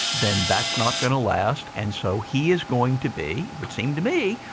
then that's not going to last and so he is going to be, would seem to me,